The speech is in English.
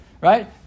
right